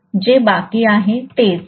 जे बाकी आहे तेच